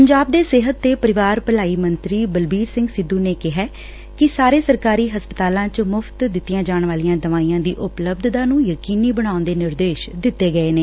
ਪੰਜਾਬ ਦੇ ਸਿਹਤ ਤੇ ਪਰਿਵਾਰ ਭਲਾਈ ਮੰਤਰੀ ਬਲਬੀਰ ਸਿੰਘ ਸਿੱਧੁ ਨੇ ਕਿਹਾ ਕਿ ਸਾਰੇ ਸਰਕਾਰੀ ਹਸਪਤਾਲਾਂ ਵਿਚ ਮੁਫ਼ਤ ਦਿੱਤੀਆਂ ਜਾਣ ਵਾਲੀਆਂ ਦਵਾਈਆ ਦੀ ਉਪਲੱਭਧਤਾ ਨੂੰ ਯਕੀਨੀ ਬਣਾਉਣ ਦੇ ਨਿਰਦੇਸ਼ ਦਿੱਤੇ ਗਏ ਨੇ